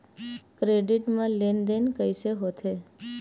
Credit मा लेन देन कइसे होथे?